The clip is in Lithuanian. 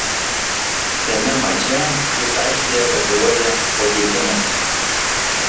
šiame mače jis aikštėje pasirodė po keitimo